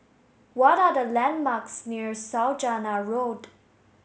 what are the landmarks near Saujana Road